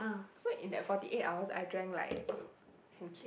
so in that forty eight hours I drank like orh